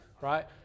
right